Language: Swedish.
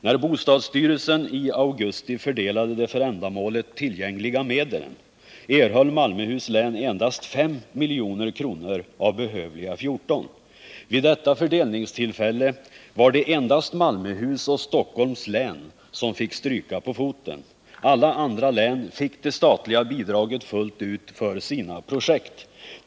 När bostadsstyrelsen i augusti fördelade de för ändamålet tillgängliga medlen erhöll Malmöhus län endast 5 milj.kr. av behövliga 14 milj.kr. Vid detta fördelningstillfälle var det endast Malmöhus och Stockholms län som fick stryka på foten. Alla andra län fick det statliga bidraget fullt ut för sina projekt.